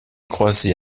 croisés